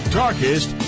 darkest